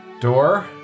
door